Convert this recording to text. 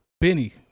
Benny